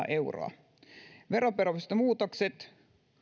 euroa veroperustemuutokset